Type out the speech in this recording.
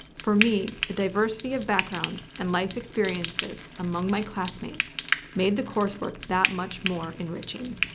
for me, the diversity of backgrounds and life experiences among my classmates made the coursework that much more enriching.